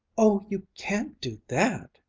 oh, you can't do that!